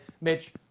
Mitch